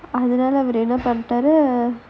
அதுனால அவரு என்ன பண்ணிட்டாரு:athunaala avaru enna pannitaaru